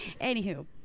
Anywho